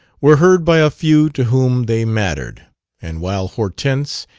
were heard by a few to whom they mattered and while hortense,